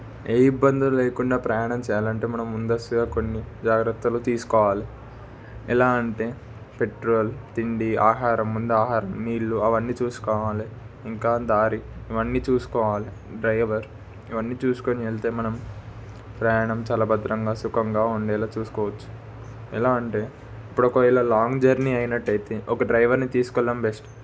ఏ ఇబ్బందులు లేకుండా ప్రయాణం చేయాలంటే మనం ముందస్తుగా కొన్ని జాగ్రత్తలు తీసుకోవాలి ఎలా అంటే పెట్రోల్ తిండి ఆహారం ముందు ఆహారం నీళ్ళు అవన్నీ చూసుకోవాలి ఇంకా దారి ఇవన్నీ చూసుకోవాలి డ్రైవర్ ఇవన్నీ చూసుకొని వెళ్తే మనం ప్రయాణం చాలా భద్రంగా సుఖంగా ఉండేలా చూసుకోవచ్చు ఎలా అంటే ఇప్పుడు ఒకవేళ లాంగ్ జర్నీ అయినట్టు అయితే ఒక డ్రైవర్ని తీసుకువెళ్ళడం బెస్ట్